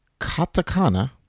katakana